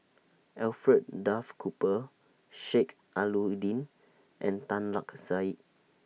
Alfred Duff Cooper Sheik Alau'ddin and Tan Lark Sye